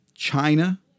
China